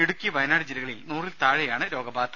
ഇടുക്കി വയനാട് ജില്ലകളിൽ നൂറിൽ താഴെയാണ് രോഗബാധ